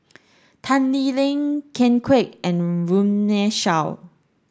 Tan Lee Leng Ken Kwek and Runme Shaw